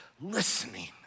listening